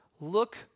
look